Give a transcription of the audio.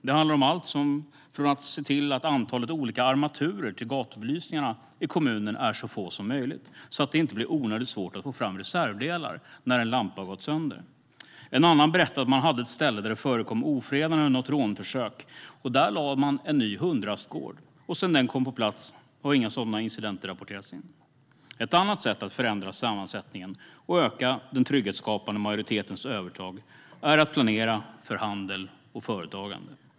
Det handlar om att till exempel se till att antalet olika armaturer till gatubelysningarna i kommunen är så få som möjligt så att det inte blir onödigt svårt att få fram reservdelar när en lampa har gått sönder. En annan centerpartist har berättat om ett ställe där det förekom ofredanden och rånförsök. Där lade man en ny hundrastgård. Sedan den kom på plats hade inga sådana incidenter rapporterats in. Ett annat sätt att förändra sammansättningen och öka den trygghetsskapande majoritetens övertag är att planera för handel och företagande.